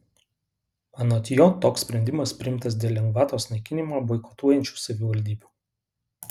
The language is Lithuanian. anot jo toks sprendimas priimtas dėl lengvatos naikinimą boikotuojančių savivaldybių